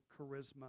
charisma